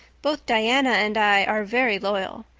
both diana and i are very loyal.